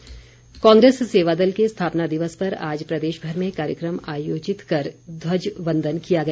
स्थापना दिवस कांग्रेस सेवादल के स्थापना दिवस पर आज प्रदेशभर में कार्यक्रम आयोजित कर ध्वजवंदन किया गया